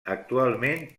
actualment